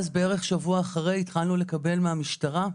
אז בערך שבוע אחרי התחלנו לקבל מהמשטרה,